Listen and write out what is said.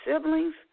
siblings